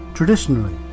Traditionally